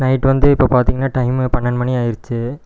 night வந்து இப்போ பார்த்திங்கனா டைமு பன்னென்டு மணி ஆயிருச்சு